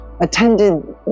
attended